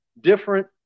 different